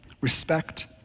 respect